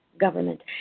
Government